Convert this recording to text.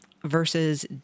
versus